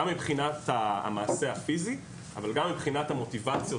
מבחינת המעשה הפיזי אבל גם מבחינת המוטיבציות,